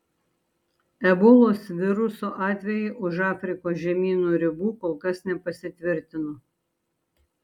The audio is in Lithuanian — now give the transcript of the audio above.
ebolos viruso atvejai už afrikos žemyno ribų kol kas nepasitvirtino